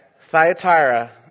Thyatira